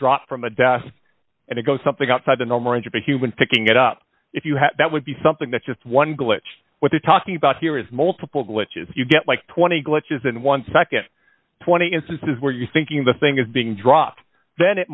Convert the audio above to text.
dropped from the data and it goes something outside the normal range of a human picking it up if you had that would be something that just one glitch what you're talking about here is multiple glitches you get like twenty glitches in one second twenty instances where you're thinking the thing is being dropped then it